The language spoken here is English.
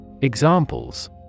Examples